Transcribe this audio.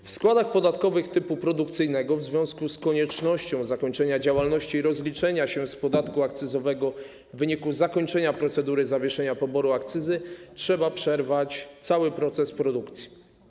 W składach podatkowych typu produkcyjnego, w związku z koniecznością zakończenia działalności i rozliczenia się z podatku akcyzowego w wyniku zakończenia procedury zawieszenia poboru akcyzy, trzeba przerwać cały proces produkcji.